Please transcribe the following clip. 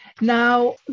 Now